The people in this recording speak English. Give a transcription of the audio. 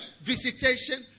visitation